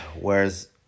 Whereas